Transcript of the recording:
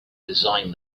design